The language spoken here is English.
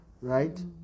right